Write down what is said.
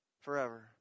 forever